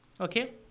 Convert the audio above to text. Okay